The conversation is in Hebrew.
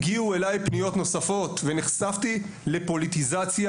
הגיעו אליי פניות נוספות ונחשפתי לפוליטיזציה